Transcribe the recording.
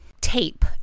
Tape